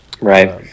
Right